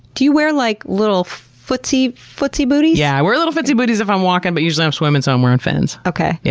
do you wear like little footsie footsie booties? yeah, i wear little footsie booties if i'm walking but usually i'm swimming so i'm wearing fins. okay. yeah